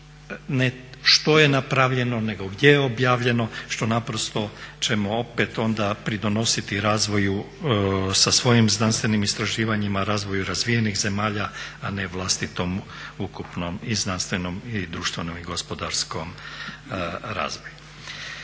što je napravljeno, nego gdje je objavljeno što naprosto ćemo opet onda pridonositi razvoju sa svojim znanstvenim istraživanjima razvoju razvijenih zemalja, a ne vlastitom ukupnom i znanstvenom i društvenom i gospodarskom razvoju.